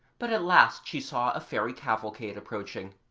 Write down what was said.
but at last she saw a fairy cavalcade approaching.